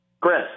Chris